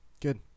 Good